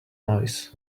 noise